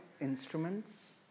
instruments